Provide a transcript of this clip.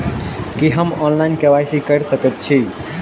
की हम online, KYC करा सकैत छी?